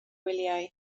wyliau